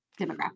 demographic